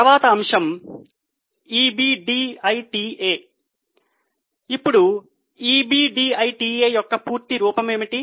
తరువాత అంశము EBDITA ఇప్పుడు EBDITA యొక్క పూర్తి రూపం ఏమిటి